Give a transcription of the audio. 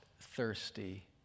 thirsty